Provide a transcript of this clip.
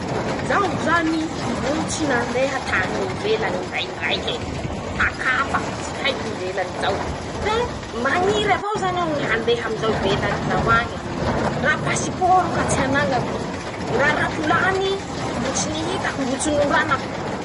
Zaho zany mbo tsy nandeha tañy ivelany ndra indraike, takapa tsy haiko ivelany zao, fe mañiry avao zany aho ñy handeha amin'izao ivelany zao añye, ndra pasipôrô ka tsy anañako, ndra rapolany mbo tsy nihitako mbo tsy nondranako.